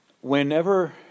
whenever